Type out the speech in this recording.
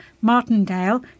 Martindale